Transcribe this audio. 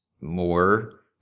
more